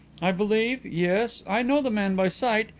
i believe yes, i know the man by sight.